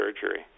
surgery